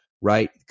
Right